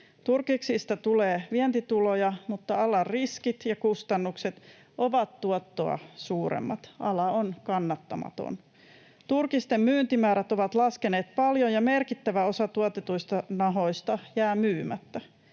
Turkiksista tulee vientituloja, mutta alan riskit ja kustannukset ovat tuottoa suuremmat — ala on kannattamaton. Turkisten myyntimäärät ovat laskeneet paljon, ja merkittävä osa tuotetuista nahoista jää myymättä.